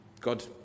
God